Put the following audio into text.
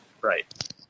Right